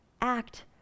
Act